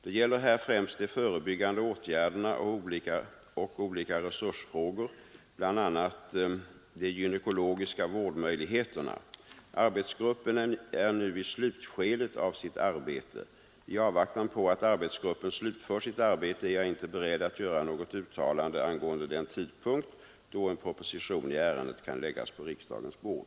Det gäller här främst de förebyggande åtgärderna och olika resursfrågor, bl.a. de gynekologiska vårdmöjligheterna. Arbetsgruppen är nu i slutskedet av sitt arbete. I avvaktan på att arbetsgruppen slutfört sitt arbete är jag inte beredd att göra något uttalande angående den tidpunkt då en proposition i ärendet kan läggas på riksdagens bord.